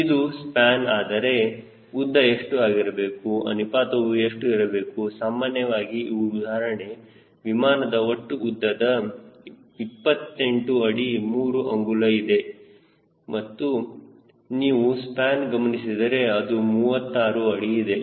ಇದು ಸ್ಪ್ಯಾನ್ ಆದರೆ ಉದ್ದ ಎಷ್ಟು ಆಗಿರಬೇಕು ಅನುಪಾತವು ಎಷ್ಟು ಇರಬೇಕು ಸಾಮಾನ್ಯವಾಗಿ ಈ ಉದಾಹರಣೆಗೆ ವಿಮಾನದ ಒಟ್ಟು ಉದ್ದ 28 ಅಡಿ 3 ಅಂಗುಲ ಇದೆ ಹಾಗೂ ನೀವು ಸ್ಪ್ಯಾನ್ ಗಮನಿಸಿದರೆ ಅದು 36 ಅಡಿ ಇದೆ